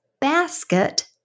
basket